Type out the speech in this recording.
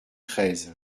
treize